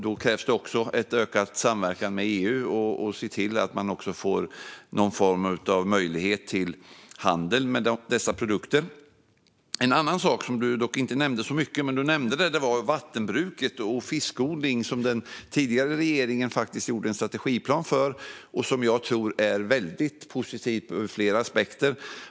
Då krävs det en ökad samverkan med EU och att man ser till att man också får möjlighet till handel med dessa produkter. En annan sak som du nämnde, dock inte så mycket, var vattenbruket och fiskodling, som den tidigare regeringen gjorde en strategiplan för och som jag tror är väldigt positivt ur flera aspekter.